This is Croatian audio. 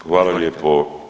Hvala lijepo.